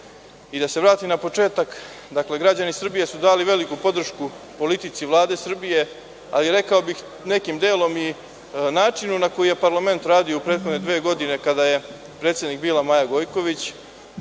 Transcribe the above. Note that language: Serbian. se vratim na početak, dakle građani Srbije su dali veliku podršku politici Vlade Srbije, ali rekao bih nekim delom i načinu na koji je parlament radio u prethodne dve godine kada je predsednika bila Maja Gojković.